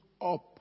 up